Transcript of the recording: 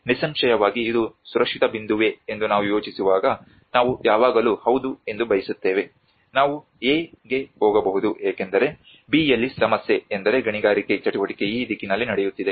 ನಿಸ್ಸಂಶಯವಾಗಿ ಇದು ಸುರಕ್ಷಿತ ಬಿಂದುವೇ ಎಂದು ನಾವು ಯೋಚಿಸುವಾಗ ನಾವು ಯಾವಾಗಲೂ ಹೌದು ಎಂದು ಬಯಸುತ್ತೇವೆ ನಾವು A ಗೆ ಹೋಗಬಹುದು ಏಕೆಂದರೆ B ಯಲ್ಲಿ ಸಮಸ್ಯೆ ಎಂದರೆ ಗಣಿಗಾರಿಕೆ ಚಟುವಟಿಕೆ ಈ ದಿಕ್ಕಿನಲ್ಲಿ ನಡೆಯುತ್ತಿದೆ